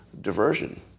diversion